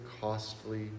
costly